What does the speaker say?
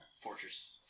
fortress